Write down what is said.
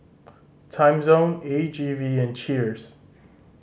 Timezone A G V and Cheers